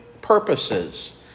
purposes